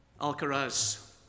Alcaraz